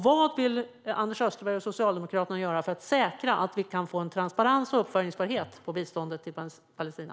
Vad vill Anders Österberg och Socialdemokraterna göra för att säkra att vi får en transparens och uppföljningsbarhet på biståndet till Palestina?